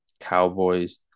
Cowboys